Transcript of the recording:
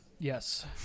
yes